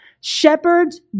shepherds